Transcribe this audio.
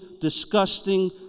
disgusting